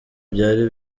byari